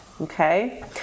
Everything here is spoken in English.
Okay